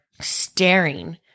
staring